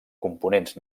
components